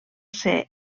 ser